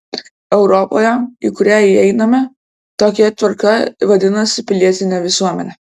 europoje į kurią einame tokia tvarka vadinasi pilietine visuomene